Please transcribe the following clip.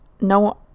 No